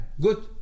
Good